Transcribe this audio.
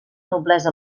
noblesa